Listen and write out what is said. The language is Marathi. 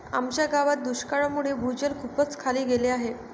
आमच्या गावात दुष्काळामुळे भूजल खूपच खाली गेले आहे